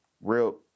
Real